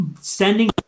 sending